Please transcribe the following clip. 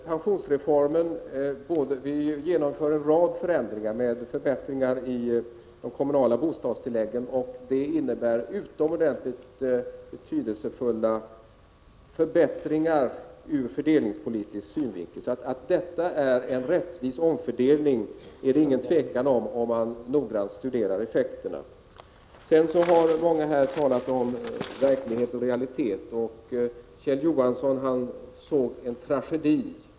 Herr talman! Den samlade pensionsreformen innebär att vi genomför en rad betydelsefulla förbättringar ur fördelningspolitisk synvinkel. Att detta är en rättvis omfördelning står klart om man noggrant studerar effekterna. Kjell Johansson talade om verklighet och tragedi.